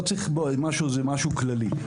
לא צריך משהו כללי.